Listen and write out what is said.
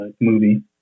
movie